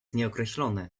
nieokreślone